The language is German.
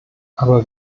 aber